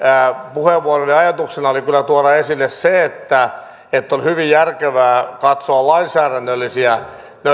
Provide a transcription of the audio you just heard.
puheenvuoroni ajatuksena oli kyllä tuoda esille se että että on hyvin järkevää katsoa lainsäädännöllisiä